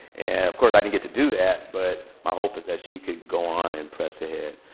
of course, i didn't get to do that. but my hope is that she could go on and press ahead.